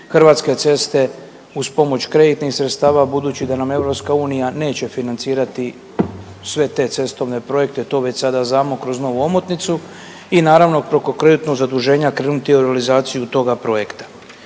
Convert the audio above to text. Hrvatske ceste uz pomoć kreditnih sredstava budući da nam EU neće financirati sve te cestovne projekte to već sada znamo kroz novu omotnicu i naravno preko kreditnog zaduženja krenuti u realizaciju toga projekta.